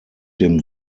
dem